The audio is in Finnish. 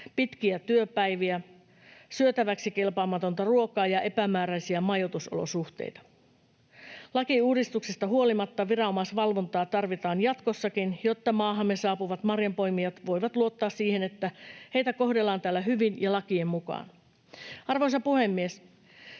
pitkiä työpäiviä, syötäväksi kelpaamatonta ruokaa ja epämääräisiä majoitusolosuhteita. Lakiuudistuksesta huolimatta viranomaisvalvontaa tarvitaan jatkossakin, jotta maahamme saapuvat marjanpoimijat voivat luottaa siihen, että heitä kohdellaan täällä hyvin ja lakien mukaan. Arvoisa puhemies!